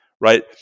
right